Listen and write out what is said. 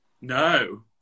No